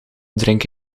drink